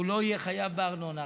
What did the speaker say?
הוא לא יהיה חייב בארנונה,